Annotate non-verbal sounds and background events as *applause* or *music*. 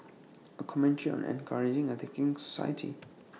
*noise* A commentary on encouraging A thinking society *noise*